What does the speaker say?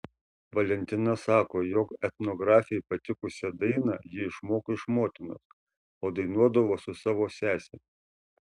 valentina sako jog etnografei patikusią dainą ji išmoko iš motinos o dainuodavo su savo sese